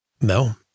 No